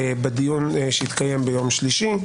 בדיון שהתקיים ביום שלישי.